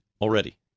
already